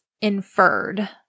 inferred